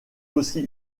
aussi